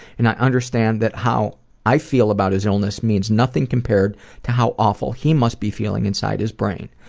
and i understand that how i feel about his illness means nothing compared to how awful he must be feeling inside his brain.